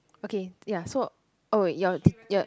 okay ya so oh ya